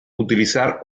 utilizar